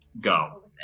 go